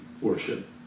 worship